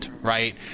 right